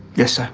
yes, ah